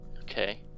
Okay